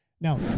Now